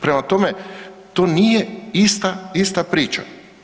Prema tome, to nije ista priča.